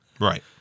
right